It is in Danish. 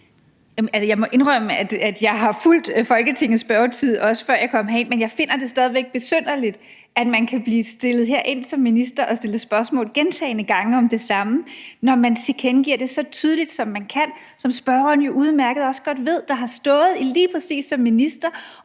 Jeg må indrømme, at jeg har fulgt Folketingets spørgetid, også før jeg kom herind, men jeg finder det stadig væk besynderligt, at man kan stå her som minister og blive stillet spørgsmål gentagne gange om det samme, når man tilkendegiver det så tydeligt, som man kan. Som spørgeren, der som tidligere minister selv har stået i lige præcis den situation